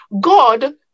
God